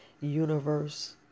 universe